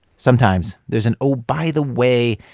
sometimes there's an oh, by the way,